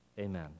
Amen